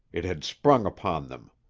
it had sprung upon them.